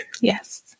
yes